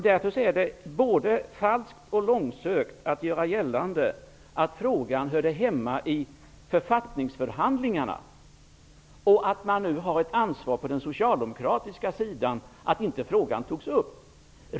Därför är det både falskt och långsökt att göra gällande att frågan hörde hemma i författningsförhandlingarna och att Socialdemokraterna har ett ansvar för att frågan inte togs upp.